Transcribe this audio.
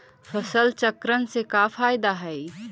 फसल चक्रण से का फ़ायदा हई?